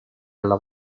alla